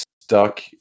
stuck